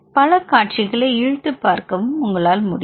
பல காட்சிகளை இழுத்துப் பார்க்கவும் உங்களால் முடியும்